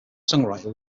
songwriter